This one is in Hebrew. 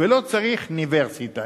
ולא צריך ניברסיטה,